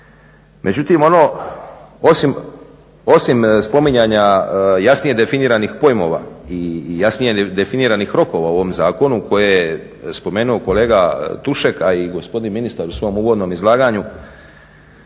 Međutim, ono osim spominjanja jasnije definiranih pojmova i jasnije definiranih rokova u ovom zakonu koje je spomenuo kolega Tušek a i gospodin ministar u svom uvodnom izlaganju